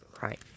Right